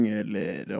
eller